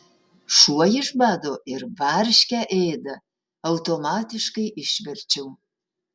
šuo iš bado ir varškę ėda automatiškai išverčiau